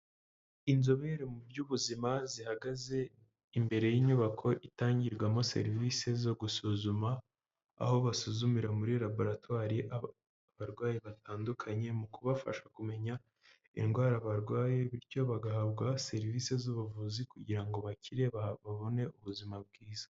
Inzobere mu by'ubuzima zihagaze imbere y'inyubako itangirwamo serivisi zo gusuzuma, aho basuzumira muri raboratwari abarwayi batandukanye, mu kubafasha kumenya indwara barwaye, bityo bagahabwa serivisi z'ubuvuzi kugira ngo bakire, babone ubuzima bwiza.